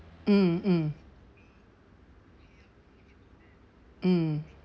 mm mm mm